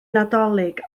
nadolig